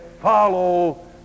follow